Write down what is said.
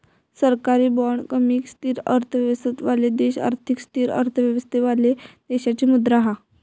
सरकारी बाँड कमी स्थिर अर्थव्यवस्थावाले देश अधिक स्थिर अर्थव्यवस्थावाले देशाची मुद्रा हा